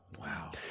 Wow